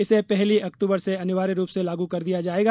इसे पहली अक्टूबर से अनिवार्य रूप से लागू कर दिया जायेगा